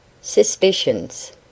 Suspicions